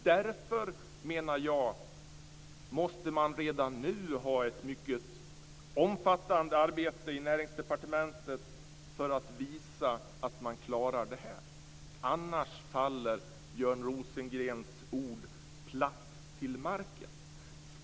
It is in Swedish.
Därför menar jag att det redan nu måste ske ett mycket omfattande arbete i Näringsdepartementet för att visa att man klarar detta, annars faller Björn Rosengrens ord platt till marken.